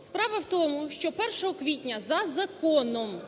Справа в тому, що 1 квітня за законом